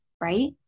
right